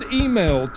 email